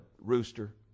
rooster